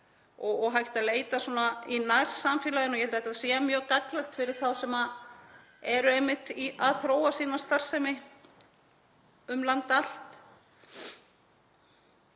og hægt að leita í nærsamfélaginu, ég held að þetta sé mjög gagnlegt fyrir þá sem eru einmitt að þróa sína starfsemi um land allt.